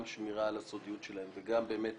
גם שמירה על הסודיות שלהם, וגם לראות